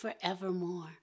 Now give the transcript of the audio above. forevermore